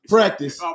Practice